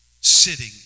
sitting